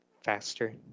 faster